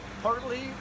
Partly